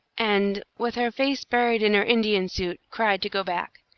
and, with her face buried in her indian suit, cried to go back.